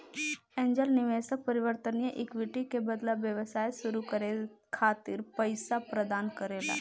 angel निवेशक परिवर्तनीय equity के बदला व्यवसाय सुरू करे खातिर पईसा प्रदान करेला